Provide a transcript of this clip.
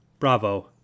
Bravo